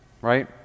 Right